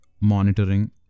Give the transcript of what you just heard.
monitoring